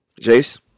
Jace